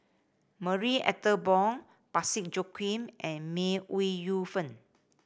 Marie Ethel Bong Parsick Joaquim and May Ooi Yu Fen